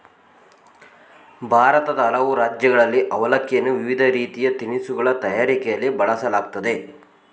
ಭಾರತದ ಹಲವು ರಾಜ್ಯಗಳಲ್ಲಿ ಅವಲಕ್ಕಿಯನ್ನು ವಿವಿಧ ರೀತಿಯ ತಿನಿಸುಗಳ ತಯಾರಿಕೆಯಲ್ಲಿ ಬಳಸಲಾಗ್ತದೆ